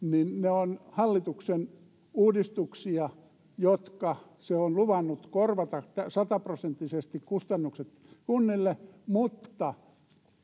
ovat hallituksen uudistuksia joiden kustannukset se on luvannut korvata sataprosenttisesti kunnille mutta